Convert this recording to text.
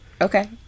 Okay